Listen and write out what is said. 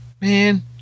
man